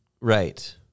Right